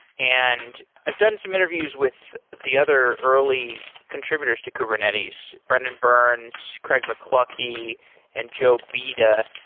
and i've done some interviews with the other early contributors to kubernetes brendan burns, craig mcluckie and joe beda.